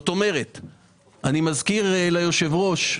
אני מזכיר ליושב-ראש,